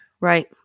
Right